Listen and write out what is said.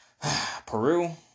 Peru